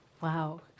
Wow